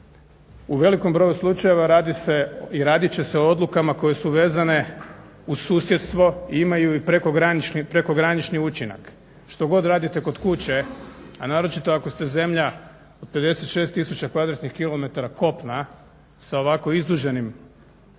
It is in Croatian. U velikom broju slučajeva radi se i radit će se o odlukama koje su vezane uz susjedstvo i imaju prekogranični učinak. Što god radite kod kuće, a naročito ako ste zemlja od 56 tisuća kvadratnih